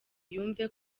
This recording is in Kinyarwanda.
yumve